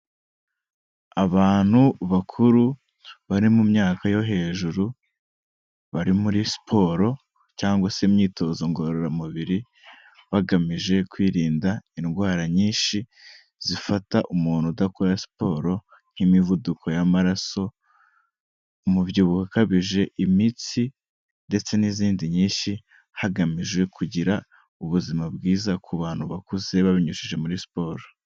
Abantu bakuru bari mu myaka yo hejuru, bari muri siporo cyangwa se imyitozo ngororamubiri, bagamije kwirinda indwara nyinshi zifata umuntu udakora siporo nk'imivuduko y'amaraso, umubyibuho ukabije, imitsi ndetse n'izindi nyinshi, hagamijwe kugira ubuzima bwiza ku bantu bakuze babinyujije muri siporo.